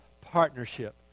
partnership